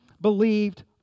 believed